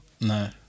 No